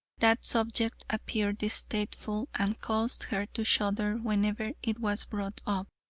that subject appeared distasteful, and caused her to shudder whenever it was brought up.